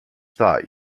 thought